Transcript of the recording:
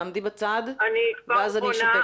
תעמדי בצד ואני אשתף אותך.